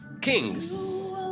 kings